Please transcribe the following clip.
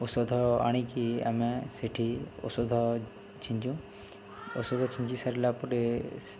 ଔଷଧ ଆଣିକି ଆମେ ସେଠି ଔଷଧ ଛିଞ୍ଚୁ ଔଷଧ ଛିଞ୍ଚି ସାରିଲା ପରେ